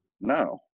no